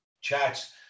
chats